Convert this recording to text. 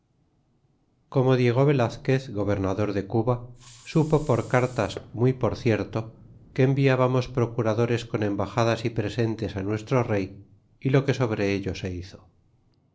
como diego velazquez gobernador de cuba supo por cartas muy por cierto que enviábamos procuradores con embaxadas y presentes á nuestro rey y lo que sobre ello se hizo